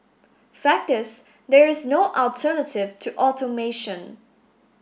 fact is there is no alternative to automation